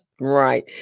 Right